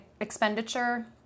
expenditure